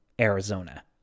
Arizona